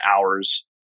hours